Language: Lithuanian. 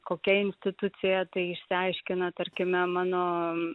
kokia institucija tai išsiaiškina tarkime mano